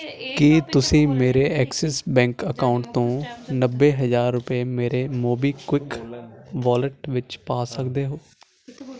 ਕੀ ਤੁਸੀਂ ਮੇਰੇ Axis bank account ਤੋਂ ਨੱਬੇ ਹਜ਼ਾਰ ਰੁਪਏ ਮੇਰੇ ਮੋਬੀਕਵਿਕ ਵਾਲਿਟ ਵਿੱਚ ਪਾ ਸਕਦੇ ਹੋ